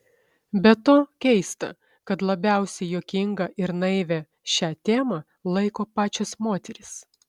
be to keista kad labiausiai juokinga ir naivia šią temą laiko pačios moterys